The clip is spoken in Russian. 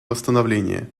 восстановления